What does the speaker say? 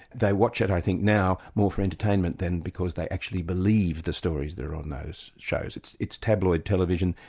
they watch it i think now more for entertainment than because they actually believe the stories that are on those shows. it's it's tabloid television,